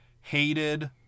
hated